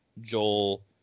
joel